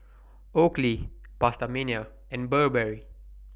Oakley PastaMania and Burberry